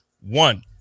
One